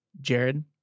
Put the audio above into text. jared